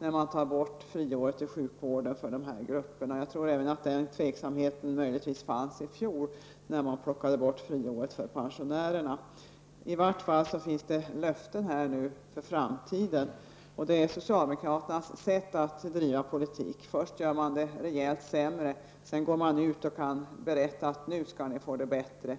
att man tar bort friåret i sjukvården för de här grupperna. Jag tror möjligtvis att den tveksamheten fanns även i fjol när man plockade bort friåret för pensionärerna. Nu har man här i alla fall givit löften för framtiden. Det är socialdemokraternas sätt att driva politik: Först gör man det rejält sämre, sedan går man ut och berättar att nu skall ni få det bättre.